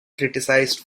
criticized